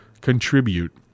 contribute